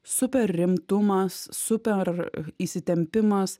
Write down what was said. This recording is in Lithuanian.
super rimtumas super įsitempimas